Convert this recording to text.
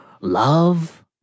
love